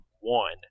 One